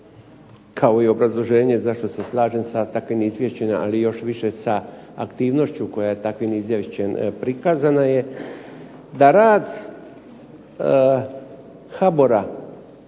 kao i obrazloženje zašto se slažem s takvim izvješćem, ali još više sa aktivnošću koje je takvim izvješćem prikazano, da rad HBOR-a